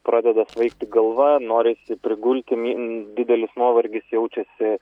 pradeda svaigti galva norisi prigulti min didelis nuovargis jaučiasi